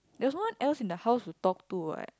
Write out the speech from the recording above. there's no one else in the house to talk to what